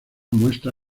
muestra